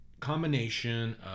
combination